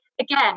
again